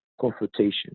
confrontation